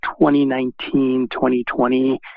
2019-2020